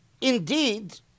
indeed